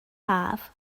haf